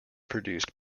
produced